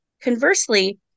Conversely